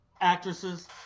actresses